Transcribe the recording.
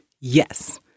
yes